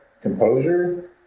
composure